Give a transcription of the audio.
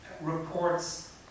reports